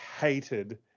hated